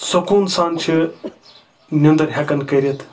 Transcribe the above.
سکوٗن سان چھِ نِنٛدٕر ہؠکَان کٔرِتھ